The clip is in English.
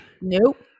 Nope